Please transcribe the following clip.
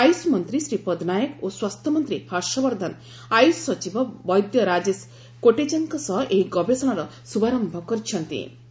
ଆୟୁଷ ମନ୍ତ୍ରୀ ଶ୍ରୀପଦ ନାୟକ ଓ ସ୍ୱାସ୍ଥ୍ୟମନ୍ତ୍ରୀ ହର୍ଷବର୍ଦ୍ଧନ ଆୟୁଷ ସଚିବ ବୈଦ୍ୟ ରାଜେଶ କୋଟେଚାଙ୍କ ସହ ଏହି ଗବେଷଣାର ଶୁଭାରମ୍ଭ କରିଚ୍ଚନ୍ତି